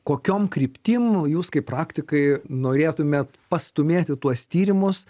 kokiom kryptim jūs kaip praktikai norėtumėt pastūmėti tuos tyrimus